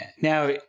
Now